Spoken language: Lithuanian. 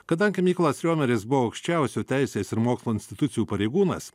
kadangi mykolas riomeris buvo aukščiausių teisės ir mokslo institucijų pareigūnas